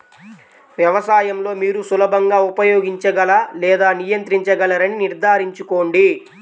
వ్యవసాయం లో మీరు సులభంగా ఉపయోగించగల లేదా నియంత్రించగలరని నిర్ధారించుకోండి